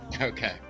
okay